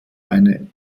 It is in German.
eine